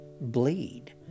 bleed